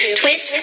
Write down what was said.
twist